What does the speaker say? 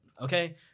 Okay